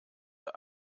der